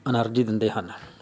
energy ਦਿੰਦੇ ਹਨ